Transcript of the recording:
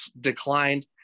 declined